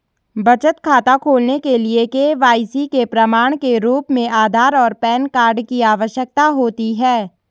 बचत खाता खोलने के लिए के.वाई.सी के प्रमाण के रूप में आधार और पैन कार्ड की आवश्यकता होती है